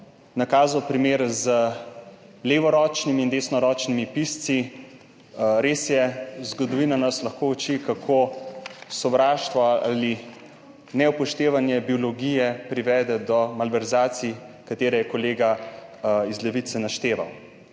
nakazal primer z levoročnimi in desnoročnimi pisci. Res je, zgodovina nas lahko uči, kako sovraštvo ali neupoštevanje biologije privede do malverzacij, ki jih je našteval